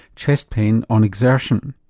chest pain on exertion.